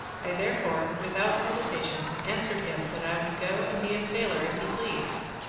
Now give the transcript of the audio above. i therefore, without hesitation, answered him, that i would go and be a sailor if he pleased.